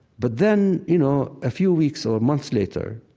but then, you know, a few weeks or months later,